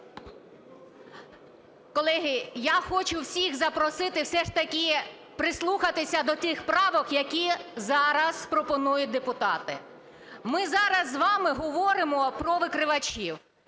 Колеги, я хочу всіх запросити все ж таки прислухатися до тих правок, які зараз пропонують депутати. Ми зараз з вами говоримо про викривачів,